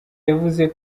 yavuze